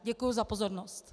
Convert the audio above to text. Děkuji za pozornost.